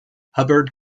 hubbard